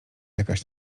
jakaś